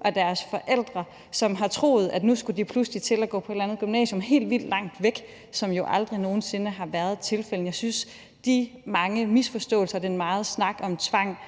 og deres forældre, som har troet, at nu skulle de lige pludselig til at gå på et eller andet gymnasium helt vildt langt væk, hvilket jo aldrig nogen sinde har været tilfældet. Jeg synes, at de mange misforståelser og den megen snak om tvang